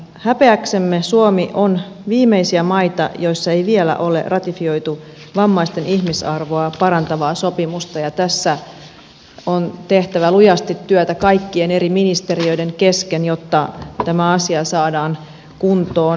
häpeäksemme suomi on viimeisiä maita jossa ei vielä ole ratifioitu vammaisten ihmisarvoa parantavaa sopimusta ja tässä on tehtävä lujasti työtä kaikkien eri ministeriöiden kesken jotta tämä asia saadaan kuntoon